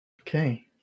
Okay